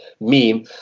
meme